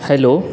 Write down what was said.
hello